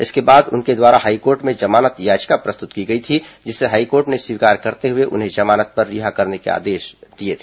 इसके बाद उनके द्वारा हाईकोर्ट में जमानत याचिका प्रस्तुत की गई थी जिसे हाईकोर्ट ने स्वीकार करते हुए उन्हें जमानत पर रिहा किए जाने का आदेश दिया था